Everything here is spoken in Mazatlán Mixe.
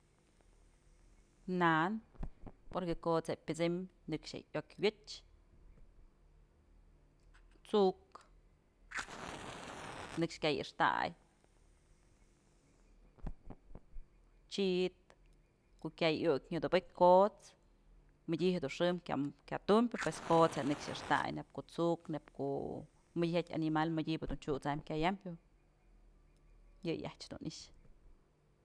Na'an porque kot's je'e pyëxëm nëkx je'e iok wëch, t'suk nëkx kyay axtay, chit ko'o kyay iukë nyadubëkyë kot's mëdyë jedun xëm kya tumpyë pues kot's je'e nëkx yaxtay neyb ko'o t'suk nëyb ko'o mëdyë jatyë animal mëdyëdun chyusam kyayampyë yëyë ajyë dun i'ixë.